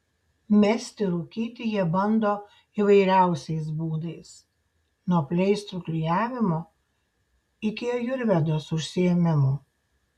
mesti rūkyti jie bando įvairiausiais būdais nuo pleistrų klijavimo iki ajurvedos užsiėmimų